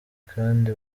kandi